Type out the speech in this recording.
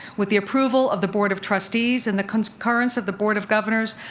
with the approval of the board of trustees and the concurrence of the board of governors,